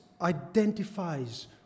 identifies